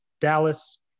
Dallas